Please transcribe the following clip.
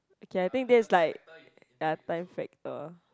okay I think this is like ya time factor